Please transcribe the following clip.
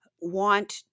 want